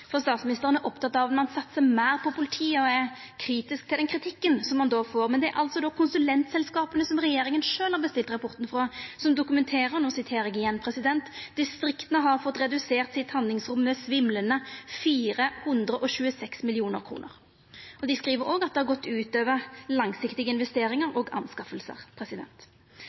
den kritikken som ein då får. Men det er konsulentselskapa som regjeringa sjølv har bestilt rapporten frå, som dokumenterer – no siterer eg igjen: Distrikta har fått redusert handlingsrommet sitt med svimlande «426 mill.» kr. Dei skriv òg at det har gått ut over langsiktige investeringar og